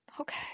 Okay